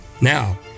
Now